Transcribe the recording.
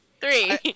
Three